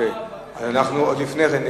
עוד לפני כן.